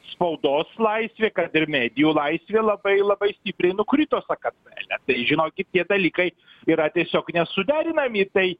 spaudos laisvė kad ir medijų laisvė labai labai stipriai nukrito sakartvele tai žinokit tie dalykai yra tiesiog nesuderinami tai